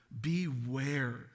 beware